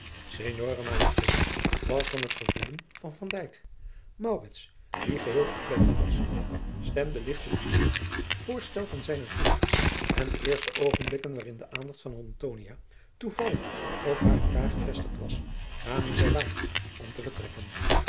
manichetti was van het gevoelen van van dijk maurits die geheel verpletterd was stemde ligtelijk in het voorstel van zijnen vriend en de eerste oogenblikken waarin de aandacht van antonia toevallig op haar guitar gevestigd was namen zij waar om te vertrekken